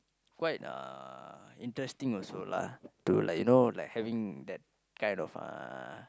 quite uh interesting also lah to like you know like having that kind of uh